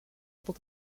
able